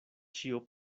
ĉio